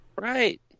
Right